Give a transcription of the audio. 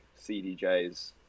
CDJs